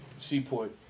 Seaport